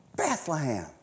Bethlehem